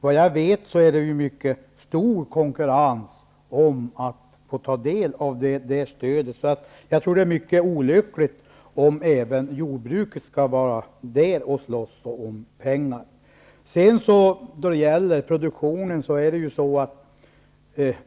Vad jag vet är det hård konkurrens om glesbygdsstödet. Jag tror att det är olyckligt om även jordbruket skall vara med och slåss om dessa pengar.